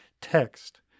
text